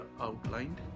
outlined